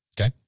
Okay